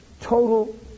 total